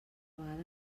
vegada